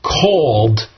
called